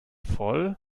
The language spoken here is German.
voll